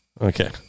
Okay